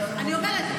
אני אומרת,